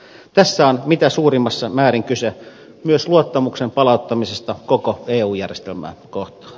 tässä on mitä suurimmassa määrin kyse myös luottamuksen palauttamisesta koko eu järjestelmää kohtaan